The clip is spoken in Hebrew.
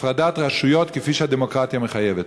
הפרדת רשויות כפי שהדמוקרטיה מחייבת.